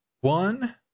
one